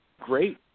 great